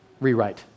rewrite